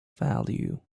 value